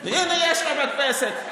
הינה, יש לה מדפסת.